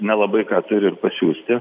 nelabai ką turi ir pasiųsti